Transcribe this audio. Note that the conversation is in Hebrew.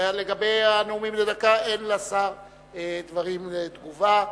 לגבי נאומים בני דקה אין לשר דברים לתגובה.